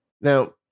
Now